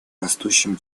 растущем